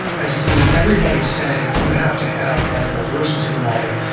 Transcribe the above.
i see everybody saying, you have to have multiple versions of the model.